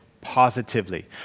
positively